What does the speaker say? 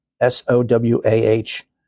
S-O-W-A-H